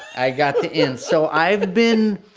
i got the in so i've been,